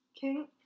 king